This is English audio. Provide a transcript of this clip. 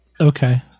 Okay